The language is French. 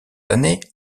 années